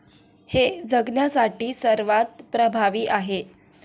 हे जगण्यासाठी सर्वात प्रभावी आहे